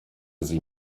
sie